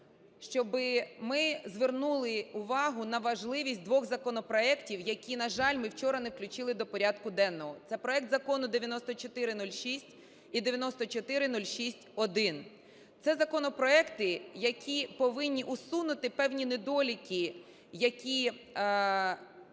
щоб ми звернули увагу на важливість двох законопроектів, які, на жаль, ми вчора не включили до порядку денного, – це проект закону 9406 і 9406-1. Це законопроекти, які повинні усунути певні недоліки, якими